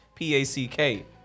P-A-C-K